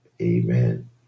Amen